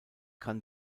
kann